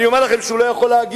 אני אומר לכם שהוא לא יכול להגיד,